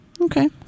Okay